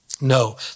No